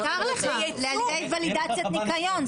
מותר לך על ידי ולידציית ניקיון.